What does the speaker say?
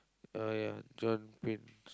uh ya John pins